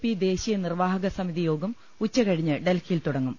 P ദേശീയ നിർവ്വാഹക സമിതി യോഗം ഉച്ചകഴിഞ്ഞ് ഡൽഹിയിൽ തുടങ്ങും